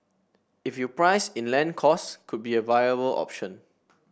if you price in land costs could be a viable option